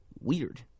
weird